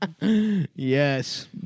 Yes